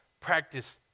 practice